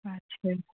ਅੱਛਾ ਜੀ